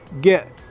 get